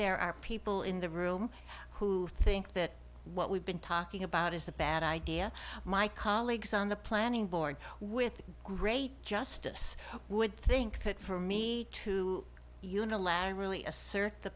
there are people in the room who think that what we've been talking about is a bad idea my colleagues on the planning board with great justice would think that for me to unilaterally assert the